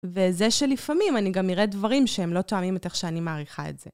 וזה שלפעמים אני גם אראה דברים שהם לא תואמים את איך שאני מעריכה את זה.